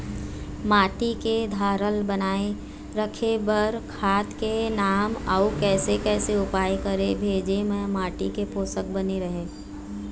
माटी के धारल बनाए रखे बार खाद के नाम अउ कैसे कैसे उपाय करें भेजे मा माटी के पोषक बने रहे?